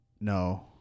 No